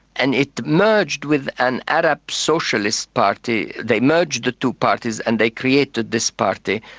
and it merged with an arab socialist party, they merged the two parties and they created this party,